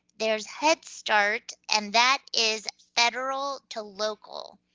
there's head start, and that is federal to local.